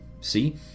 see